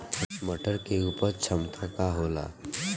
मटर के उपज क्षमता का होला?